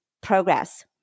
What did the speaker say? progress